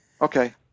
Okay